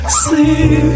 sleep